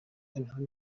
پنهان